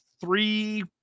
three